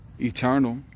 eternal